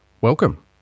welcome